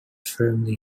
firmly